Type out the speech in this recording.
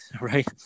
right